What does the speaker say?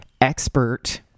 expert